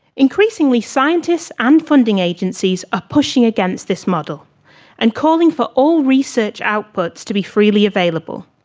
increasingly scientists and funding agencies are pushing against this model and calling for all research outputs to be freely available.